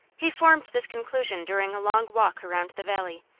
he formed this conclusion during a long walk around the valley,